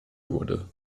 wurde